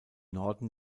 norden